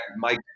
Mike